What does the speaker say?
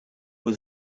was